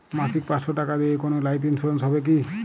মাসিক পাঁচশো টাকা দিয়ে কোনো লাইফ ইন্সুরেন্স হবে কি?